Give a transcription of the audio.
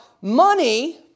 money